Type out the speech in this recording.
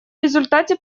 результате